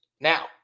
Now